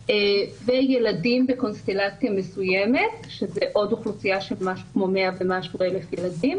וילדים בקונסטלציה מסוימת שזה עוד אוכלוסיה של מאה ומשהו אלף ילדים,